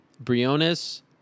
Briones